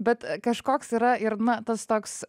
bet kažkoks yra ir na tas toks